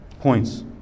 Points